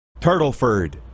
Turtleford